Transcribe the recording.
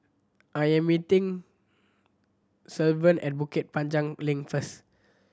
I am meeting Sylvan at Bukit Panjang Link first